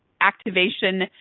activation